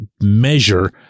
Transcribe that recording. measure